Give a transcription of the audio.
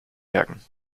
merken